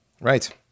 right